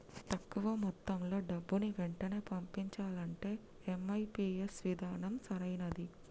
తక్కువ మొత్తంలో డబ్బుని వెంటనే పంపించాలంటే ఐ.ఎం.పీ.ఎస్ విధానం సరైనది